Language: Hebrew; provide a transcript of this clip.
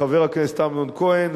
לחבר הכנסת אמנון כהן,